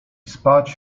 spać